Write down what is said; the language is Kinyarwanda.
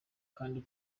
kandi